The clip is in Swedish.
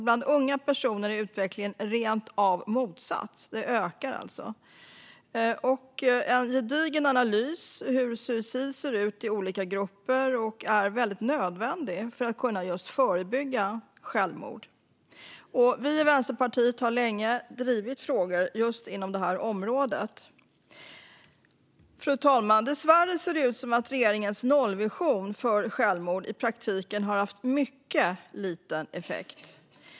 Bland unga personer är utvecklingen rent av motsatt; den ökar alltså. En gedigen analys av hur suicid ser olika ut i olika grupper är nödvändig för att kunna förebygga självmord. Vi i Vänsterpartiet har längre drivit frågor inom detta område. Fru talman! Dessvärre ser det ut som att regeringens nollvision för suicid i praktiken har haft mycket liten effekt.